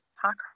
park